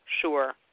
sure